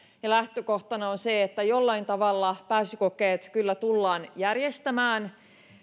ja lähtökohtana on se että jollain tavalla pääsykokeet kyllä tullaan järjestämään